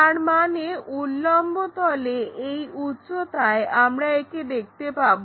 তার মানে উল্লম্ব তলে এই উচ্চতায় আমরা একে দেখতে পাবো